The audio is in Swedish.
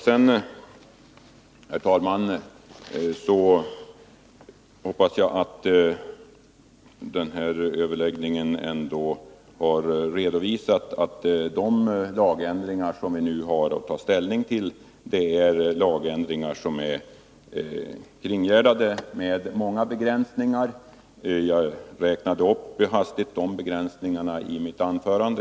Sedan hoppas jag att den här överläggningen ändå har redovisat att de lagändringar som vi nu har att ta ställning till är kringgärdade med många begränsningar. Jag räknade hastigt upp dem i mitt anförande.